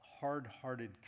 hard-hearted